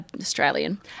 Australian